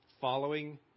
Following